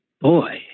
Boy